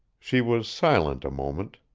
she was silent a moment.